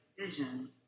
vision